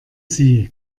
sie